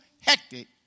hectic